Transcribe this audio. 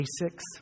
basics